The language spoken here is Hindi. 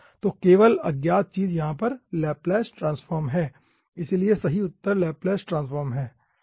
तो केवल अज्ञात चीज़ यहाँ पर लैप्लेस ट्रांसफॉर्म है इसलिए उत्तर लैप्लेस ट्रांसफॉर्म सही है